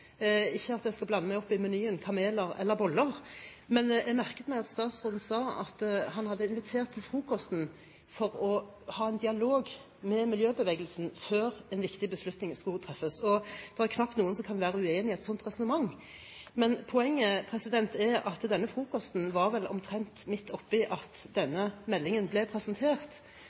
Ikke det at jeg skal blande meg opp i menyen kameler eller boller, men jeg merket meg at statsråden sa at han hadde invitert til frokosten for å ha en dialog med miljøbevegelsen før en viktig beslutning skulle treffes. Det er vel knapt noen som kan være uenig i et slikt resonnement, men poenget er at denne frokosten var vel omtrent midt oppi at denne meldingen ble presentert.